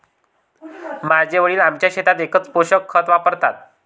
माझे वडील आमच्या शेतात एकच पोषक खत वापरतात